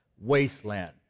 wasteland